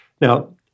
Now